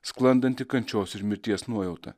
sklandanti kančios ir mirties nuojauta